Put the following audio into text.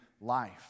life